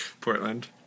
Portland